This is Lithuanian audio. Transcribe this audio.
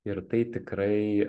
ir tai tikrai